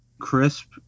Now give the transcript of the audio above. Crisp